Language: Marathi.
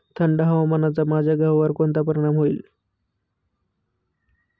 थंड हवामानाचा माझ्या गव्हावर कोणता परिणाम होईल?